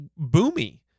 Boomy